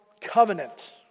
covenant